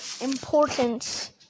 important